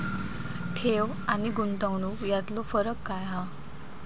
ठेव आनी गुंतवणूक यातलो फरक काय हा?